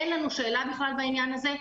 אין לנו בכלל שאלה בעניין הזה,